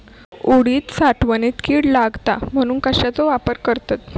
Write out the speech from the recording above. उडीद साठवणीत कीड लागात म्हणून कश्याचो वापर करतत?